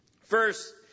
First